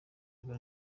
reba